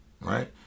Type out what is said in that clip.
right